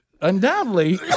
Undoubtedly